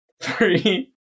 Three